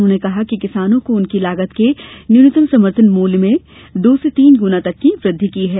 उन्होंने कहा कि किसानों को उनकी लागत के न्यूनतम समर्थन मूल्य में दो से तीन गुना तक वृद्धि की है